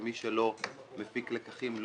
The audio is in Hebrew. ומי שלא מפיק לקחים,